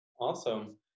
Awesome